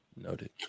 Noted